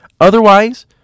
Otherwise